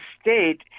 state